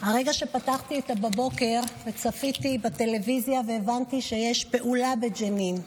ברגע שפתחתי בבוקר וצפיתי בטלוויזיה והבנתי שיש פעולה בג'נין,